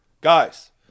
Guys